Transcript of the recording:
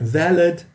valid